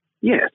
yes